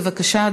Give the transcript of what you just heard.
בבקשה,